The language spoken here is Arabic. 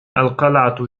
القلعة